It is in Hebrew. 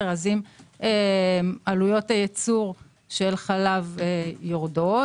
אז אם עלויות הייצור של חלב יורדות